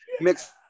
mix